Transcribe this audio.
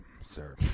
Sir